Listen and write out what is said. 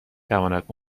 تواند